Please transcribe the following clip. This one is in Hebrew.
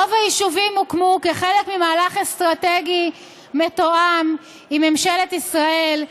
רוב היישובים הוקמו כחלק ממהלך אסטרטגי מתואם עם ממשלת ישראל,